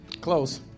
close